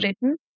written